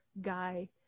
guy